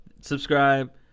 Subscribe